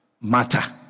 matter